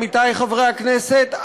עמיתי חברי הכנסת,